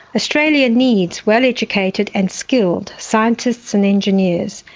australia needs well educated and skilled scientists and engineers,